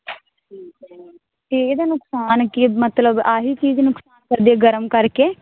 ਠੀਕ ਐ ਤੇ ਇਹ ਦਾ ਨੁਕਸਾਨ ਕੀ ਆ ਮਤਲਬ ਆਹੀ ਚੀਜ਼ ਨੂੰ ਗਰਮ ਕਰਕੇ